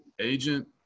agent